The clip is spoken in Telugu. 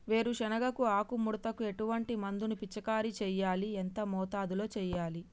వేరుశెనగ ఆకు ముడతకు ఎటువంటి మందును పిచికారీ చెయ్యాలి? ఎంత మోతాదులో చెయ్యాలి?